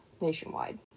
Nationwide